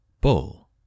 Bull